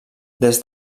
des